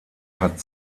hat